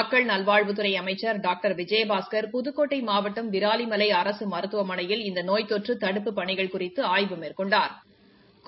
மக்கள் நல்வாழ்வுத்துறை அமைச்சர் டாக்டர் விஜயபாஸ்கர் புதுக்கோட்டை மாவட்டம் விராலிமலை அரசு மருத்துவமனையில் இந்த நோய் தொற்று தடுபபுப் பணிகள் குறித்து ஆய்வு மேற்கொண்டாா்